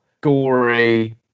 gory